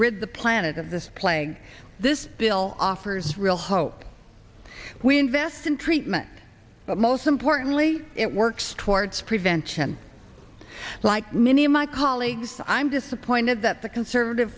rid the planet of this plague this bill offers real hope we invest in treatment but most importantly it works towards prevention like many of my colleagues i'm disappointed that the conservative